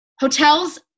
hotels